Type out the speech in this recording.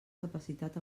capacitat